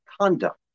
conduct